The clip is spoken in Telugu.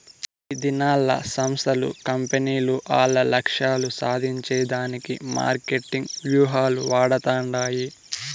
ఈదినాల్ల సంస్థలు, కంపెనీలు ఆల్ల లక్ష్యాలు సాధించే దానికి మార్కెటింగ్ వ్యూహాలు వాడతండాయి